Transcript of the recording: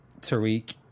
Tariq